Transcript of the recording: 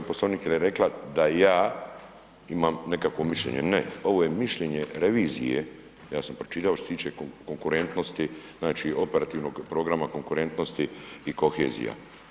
Poslovnik jer je rekla da ja imam nekakvo mišljenje, ne ovo je mišljenje revizije, ja sam pročitao što se tiče konkurentnosti, znači operativnog programa konkurentnosti i kohezija.